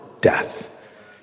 death